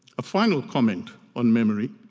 a final comment on memory.